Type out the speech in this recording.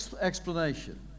explanation